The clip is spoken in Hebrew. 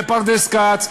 בפרדס-כץ,